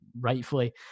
rightfully